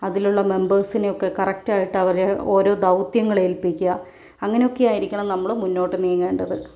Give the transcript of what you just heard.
അതിലുള്ള മെമ്പേഴ്സിനെയൊക്കെ കറക്റ്റായിട്ട് അവരെ ഓരോ ദൗത്യങ്ങളേല്പിക്കുക അങ്ങനെയൊക്കെ ആയിരിക്കണം നമ്മള് മുന്നോട്ട് നീങ്ങേണ്ടത്